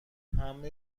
همه